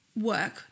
work